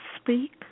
speak